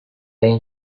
این